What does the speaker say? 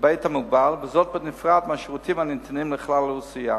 וזאת בנפרד מהשירותים הניתנים לכלל האוכלוסייה.